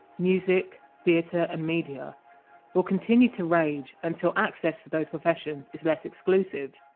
music theatre and media will continue to rage until access to those professions is less exclusive.